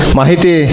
mahiti